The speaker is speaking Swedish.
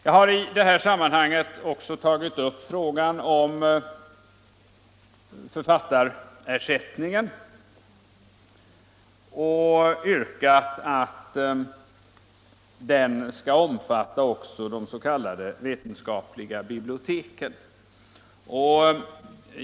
Jag har i detta sammanhang också tagit upp frågan om författarersättningen och yrkat att den skall omfatta också de s.k. vetenskapliga 151 biblioteken.